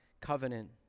covenant